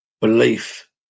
belief